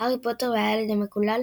"הארי פוטר והילד המקולל",